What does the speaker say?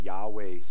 Yahweh